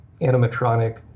animatronic